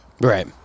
Right